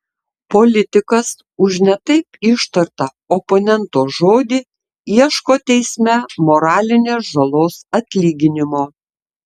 politikas už ne taip ištartą oponento žodį ieško teisme moralinės žalos atlyginimo